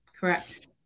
Correct